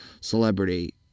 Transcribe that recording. celebrity